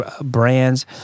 brands